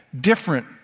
different